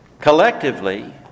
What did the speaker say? collectively